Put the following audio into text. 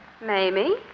Mamie